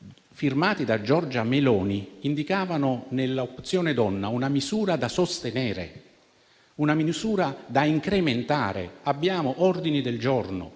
firmati da Giorgia Meloni, indicavano in Opzione donna una misura da sostenere e da incrementare. Abbiamo degli ordini del giorno: